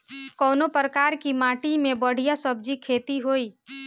कवने प्रकार की माटी में बढ़िया सब्जी खेती हुई?